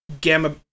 gamma